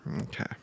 Okay